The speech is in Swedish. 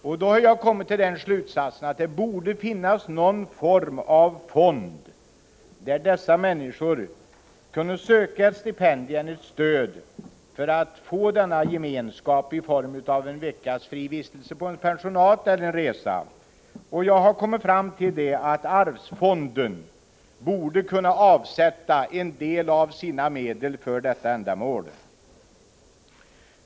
Jag har kommit till slutsatsen att det borde finnas en fond där dessa människor kunde söka ett stipendium, ett stöd, för att få känna den gemenskapen, t.ex. i form av en veckas vistelse på ett pensionat eller en resa. Jag har kommit fram till att arvsfonden borde kunna avsätta en del av sina medel för detta ändamål.